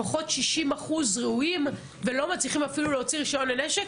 לפחות 60 אחוז ראויים והם לא מצליחים אפילו להוציא רישיון לנשק,